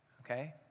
okay